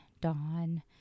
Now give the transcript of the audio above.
dawn